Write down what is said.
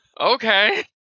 Okay